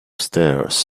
stairs